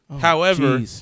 However-